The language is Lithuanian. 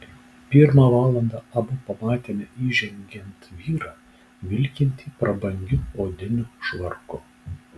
pirmą valandą abu pamatėme įžengiant vyrą vilkintį prabangiu odiniu švarku